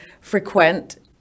frequent